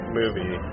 movie